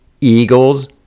eagles